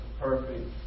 perfect